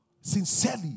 Sincerely